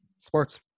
sports